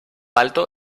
alto